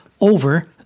over